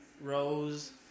Rose